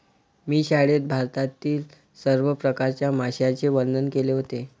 मी शाळेत भारतातील सर्व प्रकारच्या माशांचे वर्णन केले होते